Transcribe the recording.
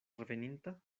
reveninta